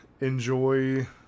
enjoy